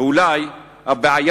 ואולי הבעיה,